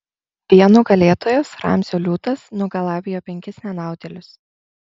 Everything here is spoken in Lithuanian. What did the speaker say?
vien nugalėtojas ramzio liūtas nugalabijo penkis nenaudėlius